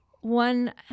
one